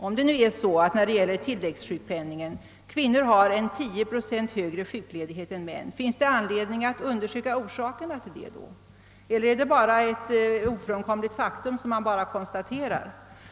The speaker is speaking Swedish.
beträffande tilläggssjukpenningen: Om det är så att kvinnor har 10 procent högre sjukledighet än män, finns det då anledning att undersöka orsaken härtill, eller är det ett ofrånkomligt faktum som man bara har att konstatera?